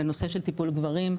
לנושא של טיפול גברים.